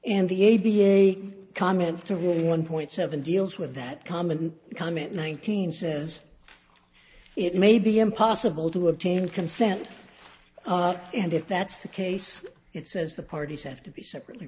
and the a b a comment to one point seven deals with that common comment nineteen says it may be impossible to obtain consent and if that's the case it says the parties have to be separately